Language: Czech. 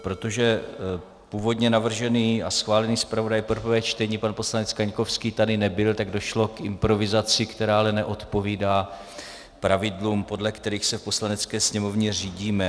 Protože původně navržený a schválený zpravodaj pro prvé čtení pan poslanec Kaňkovský tady nebyl, došlo k improvizaci, která ale neodpovídá pravidlům, podle kterých se v Poslanecké sněmovně řídíme.